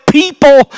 people